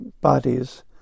bodies